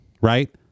Right